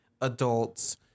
adults